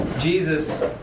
Jesus